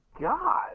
god